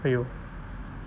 !aiyo!